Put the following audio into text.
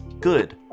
good